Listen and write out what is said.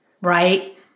right